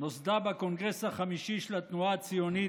נוסדה בקונגרס החמישי של התנועה הציונית,